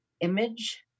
image